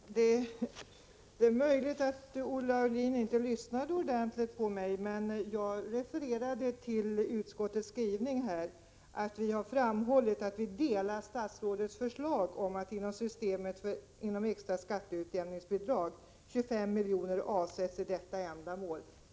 Herr talman! Det är möjligt att Olle Aulin inte lyssnade ordentligt på mig. Jag refererade till utskottets skrivning, där vi framhållit att vi ansluter oss till statsrådets förslag att inom systemet genom extra skatteutjämningsbidrag avsätta 25 milj.kr. om året för detta ändamål.